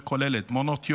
וכוללת מעונות יום,